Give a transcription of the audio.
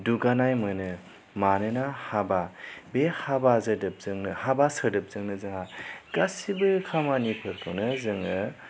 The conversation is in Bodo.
दुगानाय मोनो मानोना हाबा बे हाबा सोदोबजोंनो हाबा सोदोबजोंनो जोंहा गासिबो खामानिफोरखौनो जोङो